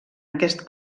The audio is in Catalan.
aquest